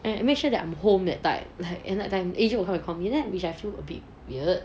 and make sure that I'm home that type like that time A_J would come and call me which I feel a bit weird